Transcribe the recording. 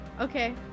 Okay